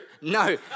No